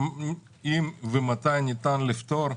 אני לא יודע אם ומתי ניתן לפתור,